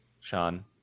sean